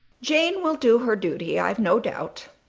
jane will do her duty, i've no doubt,